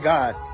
God